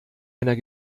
einer